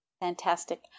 Fantastic